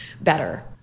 better